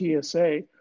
TSA